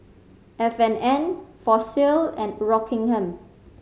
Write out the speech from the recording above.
F and N Fossil and Rockingham